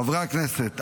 חברי הכנסת,